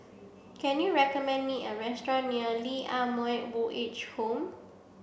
can you recommend me a restaurant near Lee Ah Mooi Old Age Home